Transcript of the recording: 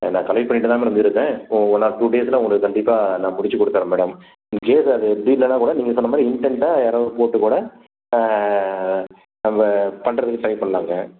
நான் கலெக்ட் பண்ணிகிட்டு தான் மேடம் இருக்கேன் ஒ ஒன் ஆர் டூ டேஸில் உங்களுக்கு கண்டிப்பாக நான் முடிச்சு கொடுத்துட்றேன் மேடம் இன்கேஸ் அது முடியலன்னா கூட நீங்கள் சொன்ன மாதிரி இன்டென்ட்டாக யாராவது போட்டுக்கூட நம்ப பண்ணுறதுக்கு ட்ரை பண்ணலாங்க